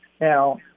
Now